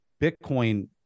Bitcoin